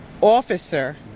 officer